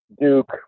Duke